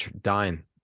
dying